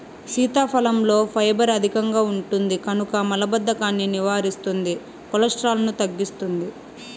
సీతాఫలంలో ఫైబర్ అధికంగా ఉంటుంది కనుక మలబద్ధకాన్ని నివారిస్తుంది, కొలెస్ట్రాల్ను తగ్గిస్తుంది